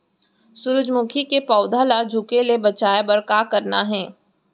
सूरजमुखी के पौधा ला झुके ले बचाए बर का करना हे?